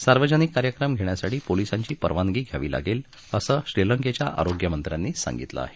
सार्वजनिक कार्यक्रम घेण्यासाठी पोलिसांची परवानगी घ्यावी लागेल असं श्रीलंकेच्या आरोग्यमंत्र्यांनी सांगितलं आहे